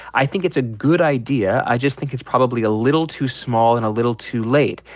i think it's a good idea. i just think it's probably a little too small and a little too late.